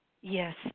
Yes